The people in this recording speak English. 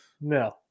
No